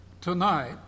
tonight